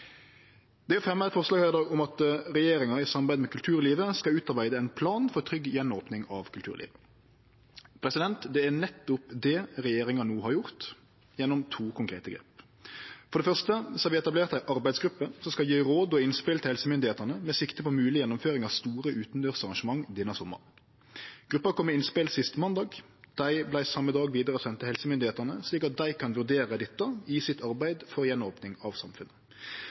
Det er fremja eit forslag her i dag om at regjeringa i samarbeid med kulturlivet skal utarbeide ein plan for trygg opning av kulturlivet igjen. Det er nettopp det regjeringa no har gjort, gjennom to konkrete grep. For det første har vi etablert ei arbeidsgruppe som skal gje råd og innspel og til helsemyndigheitene med sikte på mogleg gjennomføring av store utandørsarrangement denne sommaren. Gruppa kom med innspel sist måndag, dei vart same dag vidaresende til helsemyndigheitene, slik at dei kan vurdere dette i arbeidet sitt for å opne samfunnet